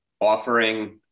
Offering